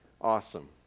Awesome